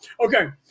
Okay